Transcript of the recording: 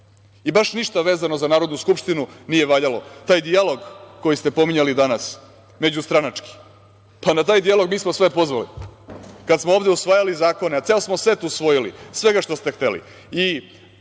baš ništa vezano za Narodnu skupštinu nije valjalo. Taj dijalog, koji ste pominjali danas međustranački. Pa, na taj dijalog mi smo sve pozvali kad smo ovde usvajali zakone, a ceo smo set usvojili svega što ste hteli